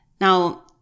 Now